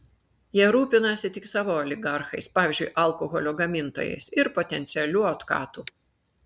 jie rūpinasi tik savo oligarchais pavyzdžiui alkoholio gamintojais ir potencialiu otkatu